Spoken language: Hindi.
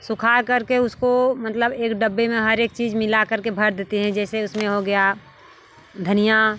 सुखाकर के उसको मतलब एक डब्बे में हर एक चीज़ मिलाकर के भर देती हैं जैसे उसमें हो गया धनिया